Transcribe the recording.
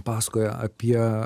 pasakoja apie